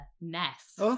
nest